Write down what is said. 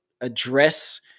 address